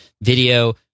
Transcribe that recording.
video